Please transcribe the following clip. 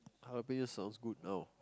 jalapenos sounds good now